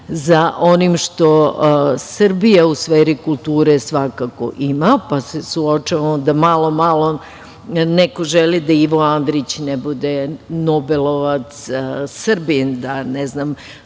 za onim što Srbija u sferi kulture svakako ima, pa se suočavamo da malo, malo neko želi da Ivo Andrić ne bude nobelovac, Srbin, da ne znam